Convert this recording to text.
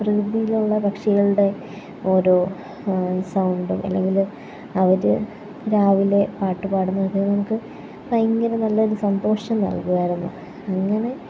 പ്രകൃതിയിലുള്ള പക്ഷികളുടെ ഓരോ സൗണ്ടും അല്ലെങ്കിൽ അവർ രാവിലെ പാട്ടു പാടുന്നതൊക്കെ നമുക്ക് ഭയങ്കര നല്ലൊരു സന്തോഷം നൽകുമായിരുന്നു ഇങ്ങനെ